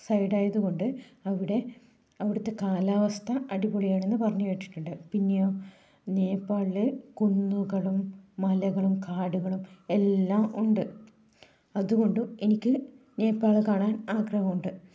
side ആയതുകൊണ്ട് അവിടെ അവിടത്തെ കാലാവസ്ഥ അടിപൊളി ആണെന്ന് പറഞ്ഞു കേട്ടിട്ടുണ്ട് പിന്നെയോ നേപ്പാളിൽ കുന്നുകളും മലകളും കാടുകളും എല്ലാം ഉണ്ട് അതുകൊണ്ട് എനിക്ക് നേപ്പാൾ കാണാൻ ആഗ്രഹം ഉണ്ട്